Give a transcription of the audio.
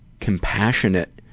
compassionate